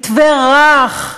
מתווה רך.